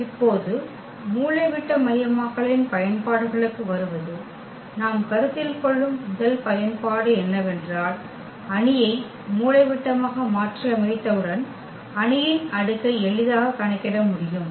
இப்போது மூலைவிட்டமயமாக்கலின் பயன்பாடுகளுக்கு வருவது நாம் கருத்தில் கொள்ளும் முதல் பயன்பாடு என்னவென்றால் அணியை மூலைவிட்டமாக மாற்றியமைத்தவுடன் அணியின் அடுக்கை எளிதாக கணக்கிட முடியும்